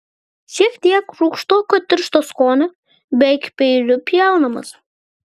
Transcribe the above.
šiek tiek rūgštoko tiršto skonio beveik peiliu pjaunamas